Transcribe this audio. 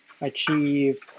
achieve